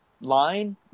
line